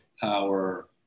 power